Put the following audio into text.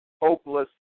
hopeless